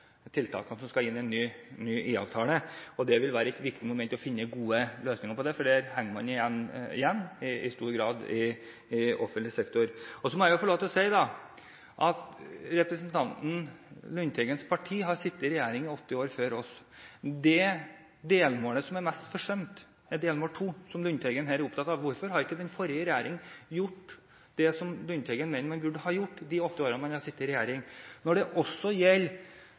tiltakene som skal inn i en ny IA-avtale. Det vil være et viktig moment å finne gode løsninger på det, for der henger man igjen i stor grad i offentlig sektor. Så må jeg få lov til å si at representanten Lundteigens parti har sittet i regjering i åtte år før oss. Det delmålet som er mest forsømt, er delmål to, som Lundteigen her er opptatt av. Hvorfor har ikke den forrige regjeringen gjort det som Lundteigen mener man burde gjort i de åtte årene man har sittet i regjering? Når det gjelder